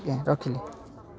ଆଜ୍ଞା ରଖିଲି